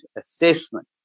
assessment